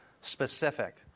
specific